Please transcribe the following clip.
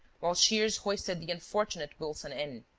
while shears hoisted the unfortunate wilson in